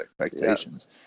expectations